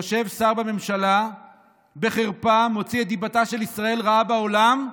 יושב שר בממשלה ובחרפה מוציא את דיבתה של ישראל רעה בעולם,